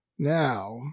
Now